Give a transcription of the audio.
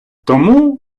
тому